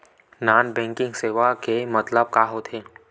Non banking सेवा के मतलब का होथे?